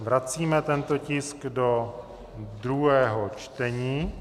Vracíme tento tisk do druhého čtení.